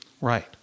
Right